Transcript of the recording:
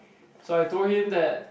so I told him that